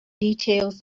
details